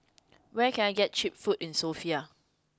where can I get cheap food in Sofia